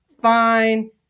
fine